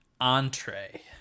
entree